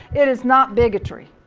it is not bigotry.